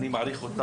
שאני מאוד מעריך,